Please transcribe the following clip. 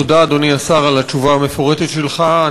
תודה, אדוני השר, על התשובה המפורטת שלך.